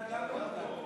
גם המקלט לא מוגן.